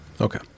Okay